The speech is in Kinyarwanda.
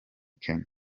can